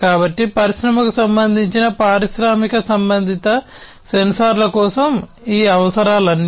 కాబట్టి పరిశ్రమకు సంబంధించిన పారిశ్రామిక సంబంధిత సెన్సార్ల కోసం ఈ అవసరాలు కొన్ని